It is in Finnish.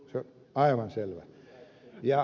se on aivan selvää